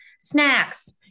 snacks